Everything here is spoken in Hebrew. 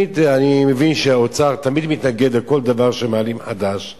אני מבין שהאוצר תמיד מתנגד לכל דבר חדש שמעלים,